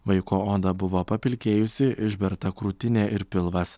vaiko oda buvo papilkėjusi išberta krūtinė ir pilvas